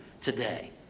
today